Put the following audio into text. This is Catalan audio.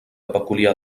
peculiar